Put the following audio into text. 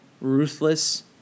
ruthless